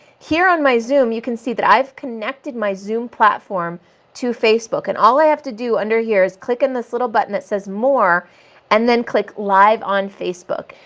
here on my zoom, you can see that i've connected my zoom platform to facebook. and all i have to do under here is click on this little button that says more and then click live on facebook.